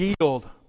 yield